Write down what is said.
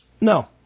No